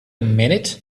minute